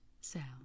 sound